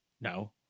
No